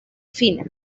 fina